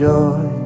joy